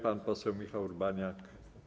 Pan poseł Michał Urbaniak.